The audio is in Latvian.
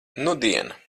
nudien